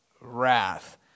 wrath